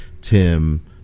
Tim